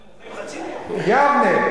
יבנה,